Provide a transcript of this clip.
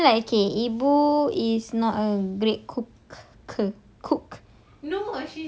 ya I mean like K ibu is not a great cooker cook